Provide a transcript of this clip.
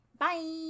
Bye